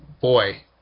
boy